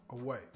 away